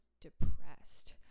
depressed